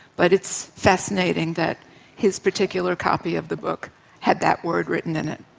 but it's fascinating that his particular copy of the book had that word written in it.